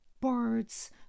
Birds